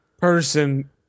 person